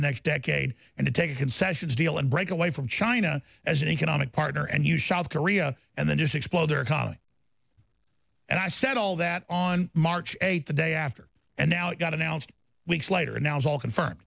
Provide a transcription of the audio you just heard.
the next decade and to take concessions deal and break away from china as an economic partner and you shot korea and then just explode their economy and i said all that on march eighth the day after and now it got announced weeks later and now it's all confirmed